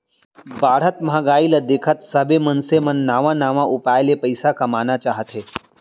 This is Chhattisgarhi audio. बाढ़त महंगाई ल देखत सबे मनसे मन नवा नवा उपाय ले पइसा कमाना चाहथे